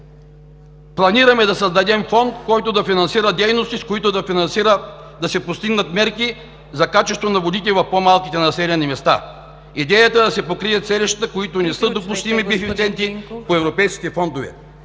„Планираме да създадем фонд, който да финансира дейности, с които да се постигнат мерки за качество на водите в по-малките населени места. Идеята е да се покрият селищата, които не са допустими бенефициенти по европейските фондове.“